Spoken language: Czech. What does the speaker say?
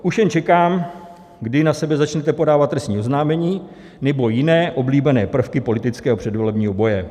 Už jen čekám, kdy na sebe začnete podávat trestní oznámení nebo jiné oblíbené prvky politického předvolebního boje.